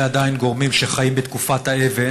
יש עדיין גורמים שחיים בתקופת האבן,